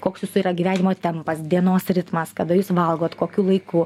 koks jūsų yra gyvenimo tempas dienos ritmas kada jūs valgot kokiu laiku